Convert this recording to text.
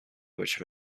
which